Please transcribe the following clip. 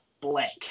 blank